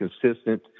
consistent